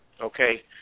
okay